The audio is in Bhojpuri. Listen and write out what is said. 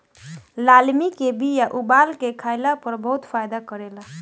लालमि के बिया उबाल के खइला पर इ बहुते फायदा करेला